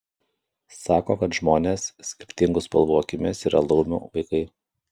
sako kad žmonės skirtingų spalvų akimis yra laumių vaikai